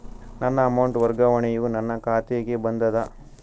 ನನ್ನ ಅಮೌಂಟ್ ವರ್ಗಾವಣೆಯು ನನ್ನ ಖಾತೆಗೆ ಬಂದದ